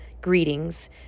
greetings